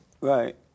Right